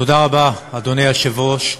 תודה רבה, אדוני היושב-ראש.